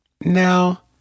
Now